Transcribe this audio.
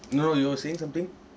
no you were saying something